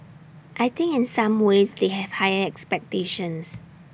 I think in some ways they have higher expectations